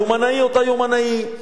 היומנאי אותו יומנאי,